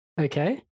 Okay